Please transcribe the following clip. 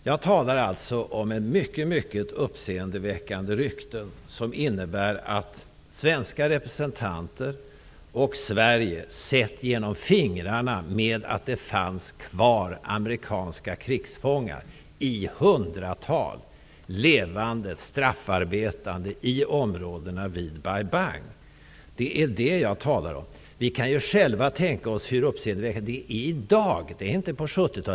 Jag talar alltså om mycket uppseendeväckande rykten om att svenska representanter, och Sverige, har sett genom fingrarna med att hundratals amerikaner hölls kvar som straffarbetande krigsfångar i områdena kring Bai Bang. Vi kan ju själva tänka oss hur uppseendeväckande detta är i dag. Det är inte 70-tal.